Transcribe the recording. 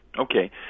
Okay